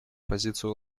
позицию